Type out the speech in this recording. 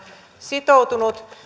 sitoutunut